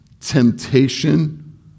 temptation